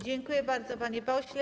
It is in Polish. Dziękuję bardzo, panie pośle.